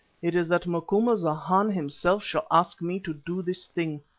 it is that macumazana himself shall ask me to do this thing,